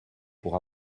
pour